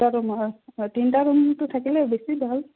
দুটা ৰুমৰ হয় হয় তিনিটা ৰুমটো থাকিলে বেছি ভাল